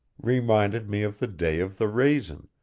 reminded me of the day of the raisin',